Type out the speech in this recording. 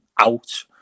out